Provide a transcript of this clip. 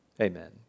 amen